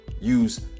Use